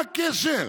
מה הקשר?